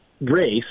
race